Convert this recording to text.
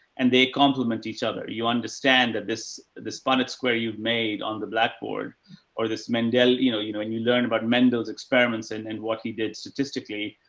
and they compliment each other. you understand that this this punnett square you've made on the blackboard or this mendell, you know, you know, when and you learn about mendel's experiments and and what he did statistically,